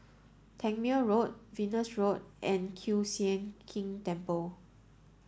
Tangmere Road Venus Road and Kiew Sian King Temple